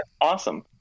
awesome